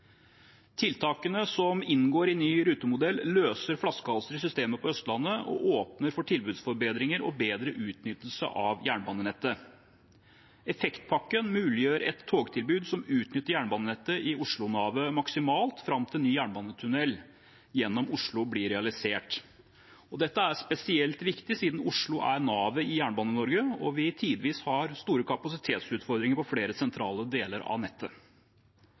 Tiltakene som inngår i ny rutemodell, løser flaskehalser i systemet på Østlandet og åpner for tilbudsforbedringer og bedre utnyttelse av jernbanenettet. Effektpakken muliggjør et togtilbud som utnytter jernbanenettet i Oslo-navet maksimalt, fram til ny jernbanetunnel gjennom Oslo blir realisert. Dette er spesielt viktig siden Oslo er navet i Jernbane-Norge og vi tidvis har store kapasitetsutfordringer på flere sentrale deler av nettet.